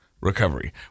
recovery